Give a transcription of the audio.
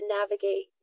navigate